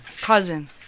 Cousin